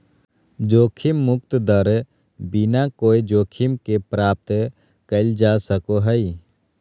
जोखिम मुक्त दर बिना कोय जोखिम के प्राप्त कइल जा सको हइ